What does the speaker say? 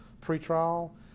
pre-trial